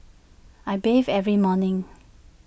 I bathe every morning